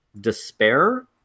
despair